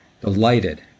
delighted